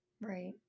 Right